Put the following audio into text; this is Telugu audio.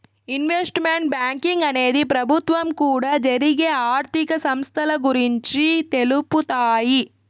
ఇన్వెస్ట్మెంట్ బ్యాంకింగ్ అనేది ప్రభుత్వం కూడా జరిగే ఆర్థిక సంస్థల గురించి తెలుపుతాయి